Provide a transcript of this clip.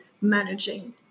managing